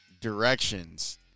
directions